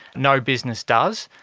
no business does.